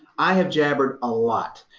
i have jabbered a lot.